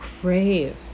crave